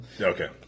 Okay